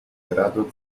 grado